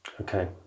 Okay